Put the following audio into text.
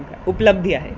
उपलब्धी आहे